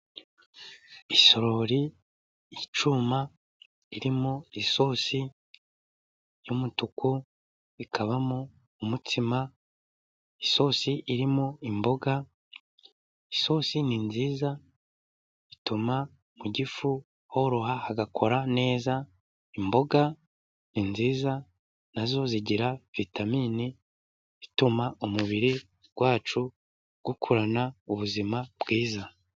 Isorori, icyuma, irimo isosi y'umutuku, ikabamo umutsima, isosi irimo imboga. Isosi ni nziza ituma mu gifu horoha hagakora neza. Imboga ni nziza na zo zigira vitamini ituma umubiri wacu ukurana ubuzima bwiza.